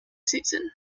season